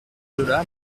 zola